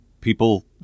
people